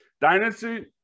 Dynasty